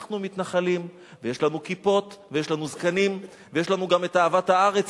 אנחנו מתנחלים ויש לנו כיפות ויש לנו זקנים ויש לנו גם אהבת הארץ